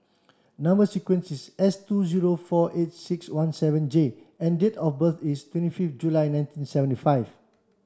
number sequence is S two zero four eight six one seven J and date of birth is twenty fifth July nineteen seventy five